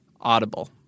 Audible